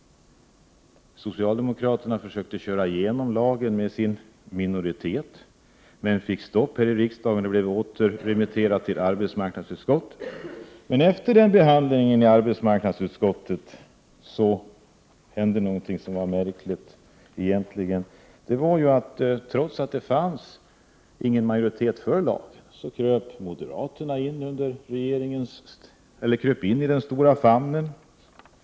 Socialdemokraterna försökte köra igenom lagen med sin minoritet men fick stopp här i kammaren. Förslaget blev återremitterat till arbetsmarknadsutskottet. Efter den behandlingen i arbetsmarknadsutskottet hände något märkligt. Trots att det inte fanns någon majoritet för lagen kröp moderaterna in i den stora famnen.